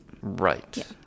Right